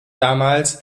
damals